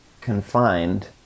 confined